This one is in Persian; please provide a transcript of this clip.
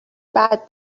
بعد